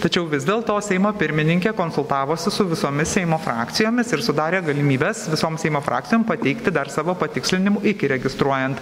tačiau vis dėlto seimo pirmininkė konsultavosi su visomis seimo frakcijomis ir sudarė galimybes visom seimo frakcijom pateikti dar savo patikslinimų iki registruojant